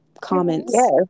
comments